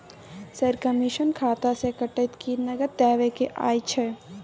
Sir, commission खाता से कटत कि नगद देबै के अएछ?